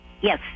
Yes